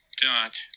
dot